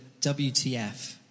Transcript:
WTF